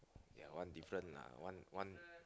that one different lah one one